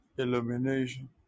Illumination